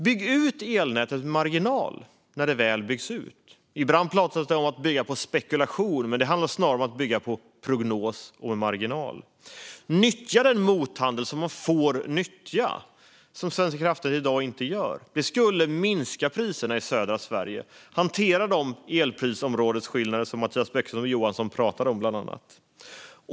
Bygg ut elnätet med marginal när det väl byggs ut! Ibland pratas det om att bygga på spekulation, men det handlar snarare om att bygga på prognos och med marginal. Nyttja den mothandel som man får nyttja! Det gör inte Svenska kraftnät i dag. Det skulle minska priserna i södra Sverige och hantera de elprisområdesskillnader som Mattias Bäckström Johansson bland annat pratade om.